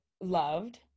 loved